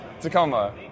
Tacoma